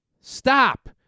stop